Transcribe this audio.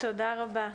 תודה רבה.